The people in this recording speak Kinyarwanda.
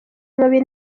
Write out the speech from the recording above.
mabi